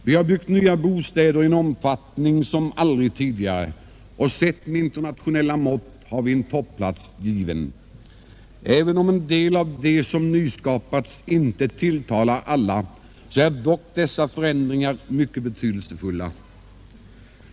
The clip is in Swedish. Vi har byggt nya bostäder i en omfattning som aldrig tidigare, och sett med internationella mått har vi en topplats given. Även om en del av det som nyskapats inte tilltalar alla, är dock dessa förändringar mycket betydelsefulla.